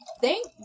Thank